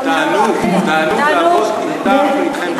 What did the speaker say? תענוג לעבוד אתך ואתכם ביחד.